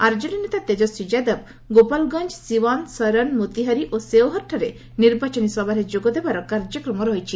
RJD ନେତା ତେକସ୍ୱୀ ଯାଦବ ଗୋପାଳଗଞ୍ଜ ସିୱାନ୍ ଶରନ୍ ମୋତିହାରି ଓ ସେଓହର୍ଠାରେ ନିର୍ବାଚନୀ ସଭାରେ ଯୋଗଦେବାର କାର୍ଯ୍ୟକ୍ରମ ରହିଛି